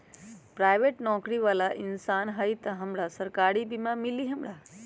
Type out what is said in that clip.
Private नौकरी बाला इंसान हई त हमरा सरकारी बीमा मिली हमरा?